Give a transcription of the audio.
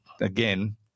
again